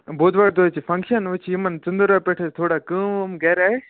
بۄدوارِ دۄہ حظ چھِ فنٛکشن وۄنۍ چھِ یِمن ژنٛدٕروارِ پٮ۪ٹھ حظ تھوڑا کٲم وٲم گَرِ اَسہِ